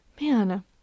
man